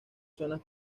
zonas